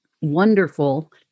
wonderful